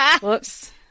whoops